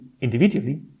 individually